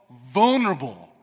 vulnerable